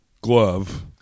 glove